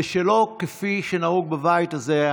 שלא כפי שנהוג בבית הזה,